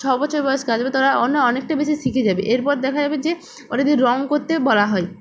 ছ বছর বয়স কাল এবং তারা অনেকটা বেশি শিখে যাবে এরপর দেখা যাবে যে ওটা যদি রং করতে বলা হয়